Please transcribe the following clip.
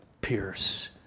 pierce